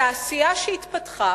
התפתחה